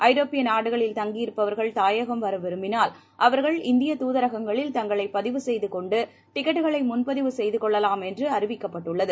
ஐரோப்பிய நாடுகளில் தங்கியிருப்பவர்கள் தாயகம் வரவிரும்பினால் அவர்கள் இந்திய தூதரகங்களில் தங்களை பதிவு செய்து கொண்டு டிக்கெட்டுகளை முன்பதிவு செய்து கொள்ளலாம் என்று அறிவிக்கப்பட்டுள்ளது